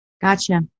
Gotcha